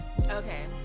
Okay